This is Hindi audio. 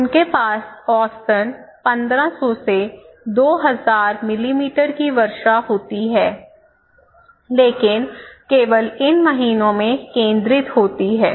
उनके पास औसतन 1500 से 2000 मिलीमीटर की वर्षा होती है लेकिन केवल इन महीनों में केंद्रित होती है